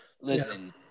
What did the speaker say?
Listen